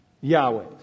Yahweh